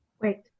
Wait